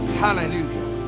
hallelujah